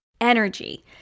energy